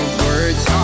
words